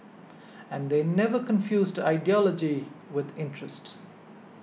and they never confused ideology with interest